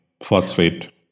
phosphate